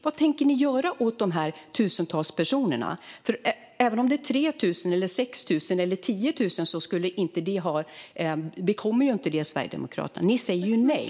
Vad tänker Sverigedemokraterna göra åt de här tusentals personerna? Oavsett om det är 3 000, 6 000 eller 10 000 bekommer det inte Sverigedemokraterna. De säger ju nej.